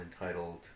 entitled